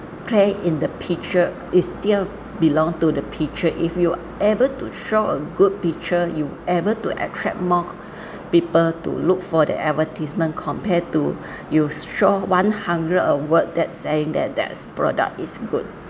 play in the picture is still belonged to the picture if you are able to show a good picture you able to attract more people to look for the advertisement compared to you show one hundred a word that saying that that's product is good